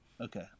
Okay